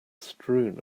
strewn